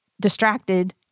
distracted